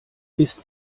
ist